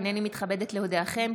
הינני מתכבדת להודיעכם,